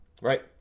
right